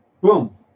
Boom